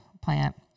plant